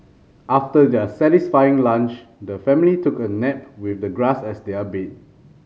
after their satisfying lunch the family took a nap with the grass as their bed